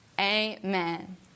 Amen